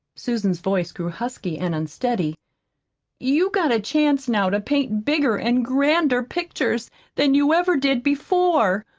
susan's voice grew husky and unsteady you've got a chance now to paint bigger an' grander pictures than you ever did before,